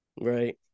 Right